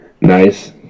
Nice